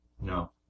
No